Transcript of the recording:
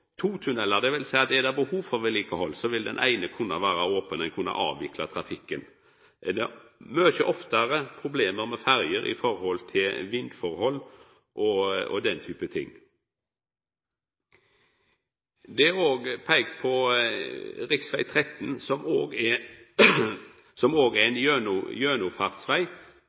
to tunnelar, dvs. at er det behov for vedlikehald, vil den eine kunna vera open, og ein vil kunna avvikla trafikken. Det er mykje oftare problem med ferjer på grunn av vindforhold og den type ting. Det er òg peikt på rv. 13, som er ein gjennomfartsveg,